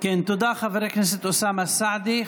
תודה, חבר הכנסת אוסאמה סעדי.